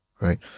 right